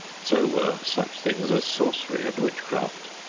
so were such things as sorcery and witchcraft.